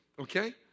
okay